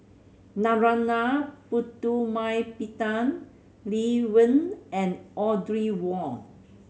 Narana Putumaippittan Lee Wen and Audrey Wong